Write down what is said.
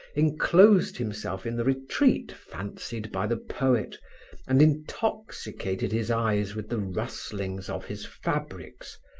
enclosed himself in the retreat fancied by the poet and intoxicated his eyes with the rustlings of his fabrics,